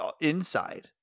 inside